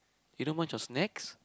you don't munch on snacks